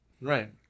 Right